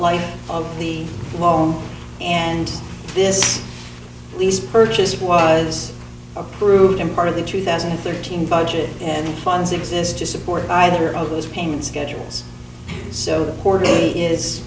life of the loan and this lease purchase was approved in part of the two thousand and thirteen budget and funds exist to support either of those payment schedules so